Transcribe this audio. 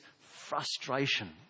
frustration